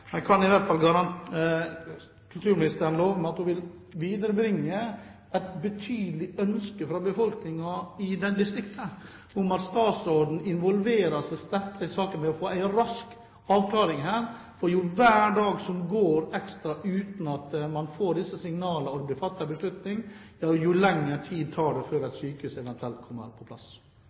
kan kulturministeren i hvert fall love meg at hun vil viderebringe et betydelig ønske fra befolkningen i dette distriktet om at statsråden involverer seg sterkt i saken for å få en rask avklaring, for for hver ekstra dag som går uten at man får signaler og det blir fattet en beslutning, tar det lengre tid før et sykehus eventuelt kommer på plass.